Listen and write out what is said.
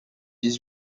dix